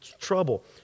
trouble